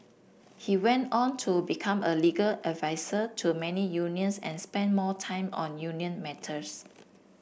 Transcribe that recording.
he went on to become a legal advisor to many unions and spent more time on union matters